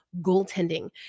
goaltending